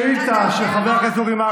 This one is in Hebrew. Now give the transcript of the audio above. הציבור רואה